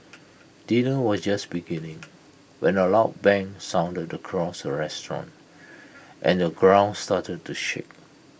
dinner was just beginning when A loud bang sounded across the restaurant and the ground started to shake